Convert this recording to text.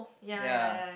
ya